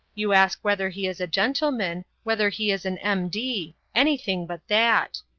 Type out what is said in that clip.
you ask whether he is a gentleman, whether he is an m d anything but that.